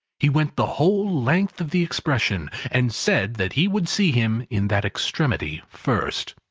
he went the whole length of the expression, and said that he would see him in that extremity first.